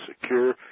secure